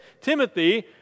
Timothy